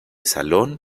salón